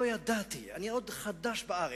לא ידעתי, אני עוד חדש בארץ,